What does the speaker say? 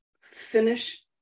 finish